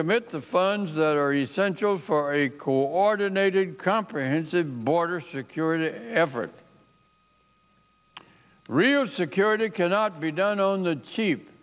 commit the funds that are essential for a coordinated comprehensive border security everitt real security cannot be done on the cheap